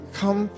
come